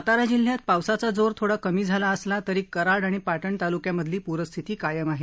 सातारा जिल्ह्यात पावसाचा जोर थोडा कमी झाला असला तरी कराड आणि पाटण तालुक्यामधली पुरस्थिती कायम आहे